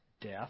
death